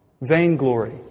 Vainglory